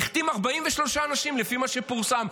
הוא החתים 43 אנשים לפי מה שפורסם.